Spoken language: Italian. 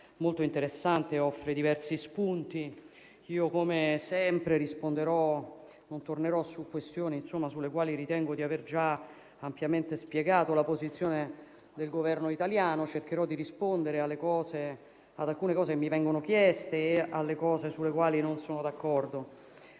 molto interessante e che offre diversi spunti. Come sempre non tornerò su questioni sulle quali ritengo di aver già ampiamente spiegato la posizione del Governo italiano, ma cercherò di rispondere ad alcune cose che mi sono state chieste e di parlare di quelle sulle quali non sono d'accordo.